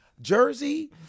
Jersey